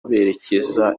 berekezaga